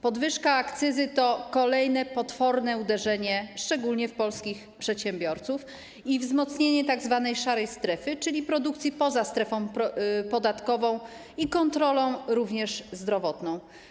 Podwyżka akcyzy to kolejne potworne uderzenie, szczególnie w polskich przedsiębiorców, i wzmocnienie tzw. szarej strefy, czyli produkcji poza strefą podatkową i kontrolą, również zdrowotną.